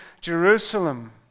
Jerusalem